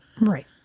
Right